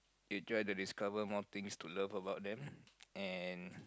you try to discover more things to love about them and